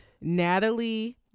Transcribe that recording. Natalie